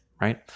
Right